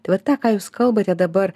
tai va tą ką jūs kalbate dabar